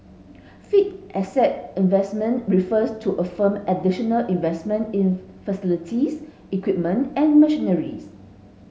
fixed asset investment refers to a firm additional investment in facilities equipment and machineries